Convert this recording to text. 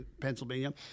Pennsylvania